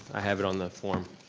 i have it on the form.